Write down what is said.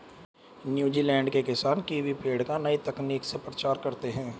New Zealand के किसान kiwi पेड़ का नई तकनीक से प्रसार करते हैं